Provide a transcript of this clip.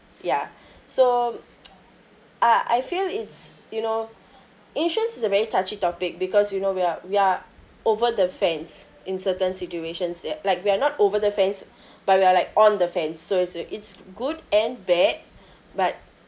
ya so uh I feel it's you know insurance is very touchy topic because you know we're we're over the fence in certain situations y~ like we're not over the fence but we are like on the fence so it's you kn~ it's good and bad but